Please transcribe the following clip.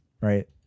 right